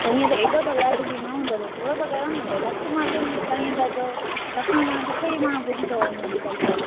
त हींअर एॾो त वाजिबी न हूंदो भई थोरो त कयो न भई लख मा ॾेई तव्हां ईअं था चओ लखन में माण्हू किते ईअं पुॼी थो वञे अॼुकल्ह त